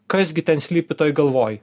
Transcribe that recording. kas gi ten slypi toj galvoj